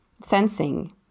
Sensing